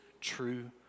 true